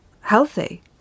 healthy